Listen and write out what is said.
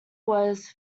was